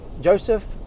Joseph